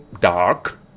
dark